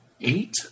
Eight